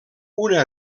una